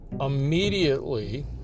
immediately